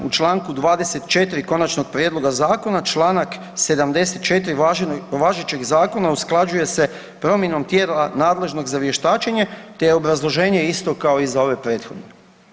U čl. 24. konačnog prijedloga zakona čl. 74. važećeg zakona usklađuje se promjenom tijela nadležnog za vještačenje, te je obrazloženje isto kao i za ove prethodne.